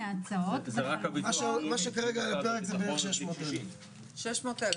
מה שכרגע על הפרק זה בערך 600,000. 600,000,